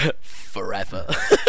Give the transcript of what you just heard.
forever